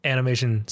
Animation